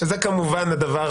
שזה כמובן הדבר